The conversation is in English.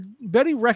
Betty